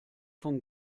von